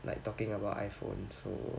like talking about iphone so